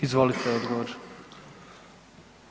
Izvolite odgovor.